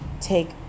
take